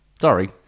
Sorry